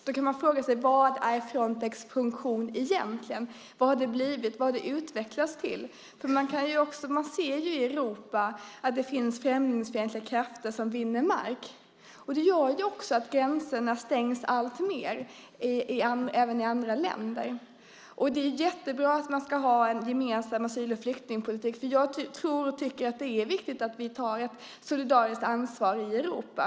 Då kan man fråga sig vad Frontex funktion egentligen är. Vad har Frontex blivit? Vad har det utvecklats till? I Europa finns främlingsfientliga krafter som vinner mark, vilket gör att gränserna stängs alltmer även i andra länder. Det är bra att vi ska ha en gemensam asyl och flyktingpolitik. Jag tycker att det är viktigt att vi tar ett solidariskt ansvar i Europa.